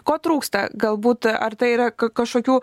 ko trūksta galbūt ar tai yra ka kažkokių